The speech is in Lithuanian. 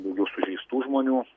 daugiau sužeistų žmonių